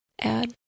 add